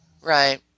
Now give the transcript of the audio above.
Right